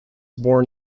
born